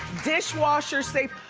dishwasher safe.